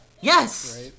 Yes